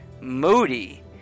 moody